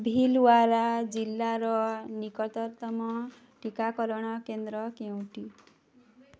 ଭୀଲ୍ୱାରା ଜିଲ୍ଲାର ନିକଟତମ ଟିକାକରଣ କେନ୍ଦ୍ର କେଉଁଟି